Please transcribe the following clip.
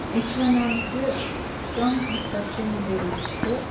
یہِ چھِ وَنان کہِ کَم ہَسا تِم وے چھِ